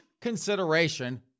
consideration